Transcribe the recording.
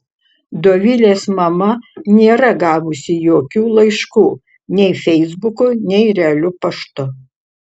dovilės mama nėra gavusi jokių laiškų nei feisbuku nei realiu paštu